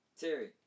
Terry